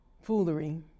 foolery